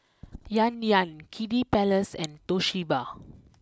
Yan Yan Kiddy Palace and Toshiba